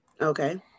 Okay